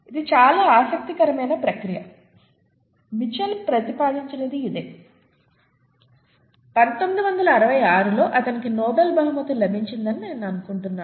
ఇది చాలా ఆసక్తికరమైన ప్రక్రియ మిచెల్ ప్రతిపాదించినది ఇదే 1966లో అతనికి నోబెల్ బహుమతి లభించిందని నేను అనుకుంటున్నాను